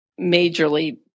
majorly